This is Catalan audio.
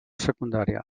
secundària